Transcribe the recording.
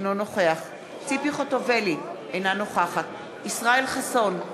אינו נוכח ציפי חוטובלי, אינה נוכחת ישראל חסון,